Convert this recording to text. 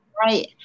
right